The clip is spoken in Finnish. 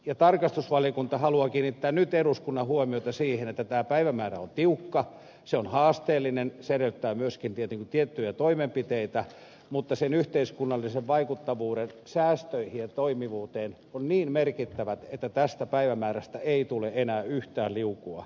tarkastusvaliokunta haluaa kiinnittää nyt eduskunnan huomiota siihen että tämä päivämäärä on tiukka se on haasteellinen se edellyttää myöskin tietenkin tiettyjä toimenpiteitä mutta tämän asian yhteiskunnallinen vaikuttavuus säästöihin ja toimivuuteen on niin merkittävä että tästä päivämäärästä ei tule enää yhtään liukua taaksepäin